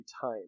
time